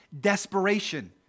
desperation